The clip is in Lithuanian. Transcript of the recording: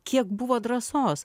kiek buvo drąsos